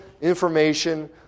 information